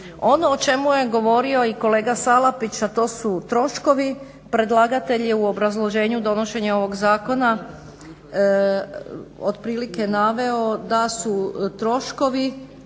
Ono o čemu je govorio i kolega Salapić, a to su troškovi, predlagatelj je u obrazloženju donošenja ovog zakona otprilike naveo da su troškovi